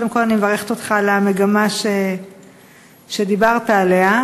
קודם כול אני מברכת אותך גם על המגמה שדיברת עליה.